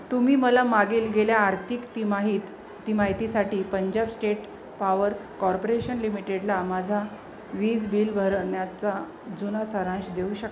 तुम्ही मला मागील गेल्या आर्थिक तिमाहित ति माहितीसाठी पंजाब स्टेट पावर कॉर्पोरेशन लिमिटेडला माझा वीज बिल भरण्याचा जुना सारांश देऊ शकता